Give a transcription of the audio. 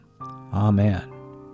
Amen